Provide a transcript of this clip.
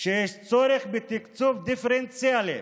שיש צורך בתקצוב דיפרנציאלי